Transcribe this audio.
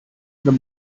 the